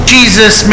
Jesus